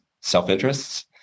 self-interests